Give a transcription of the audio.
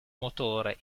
motore